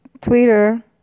Twitter